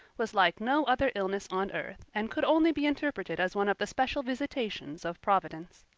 was like no other illness on earth and could only be interpreted as one of the special visitations of providence.